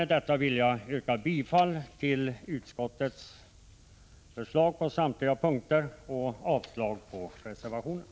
Med detta yrkar jag bifall till utskottets hemställan på samtliga punkter och avslag på reservationerna.